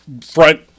front –